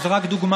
וזו רק דוגמה,